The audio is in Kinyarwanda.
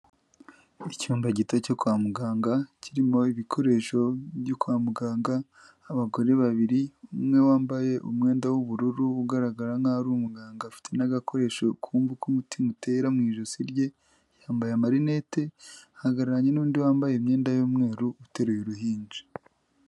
Icyumba gito cyo kwa muganga kirimo ibikoresho byo kwa muganga. Abagore babiri umwe wambaye umwenda w'ubururu ugaragara nk'aho ari umuganga afite n'agakoresho kumva uko umutima utera mu ijosi rye. Yambaye amarinete. Ahagararanye n'undi wambaye imyenda y'umweru uteruye uruhinja.